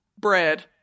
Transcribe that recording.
Bread